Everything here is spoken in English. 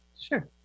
Sure